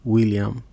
William